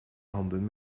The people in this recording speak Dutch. handen